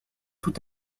tout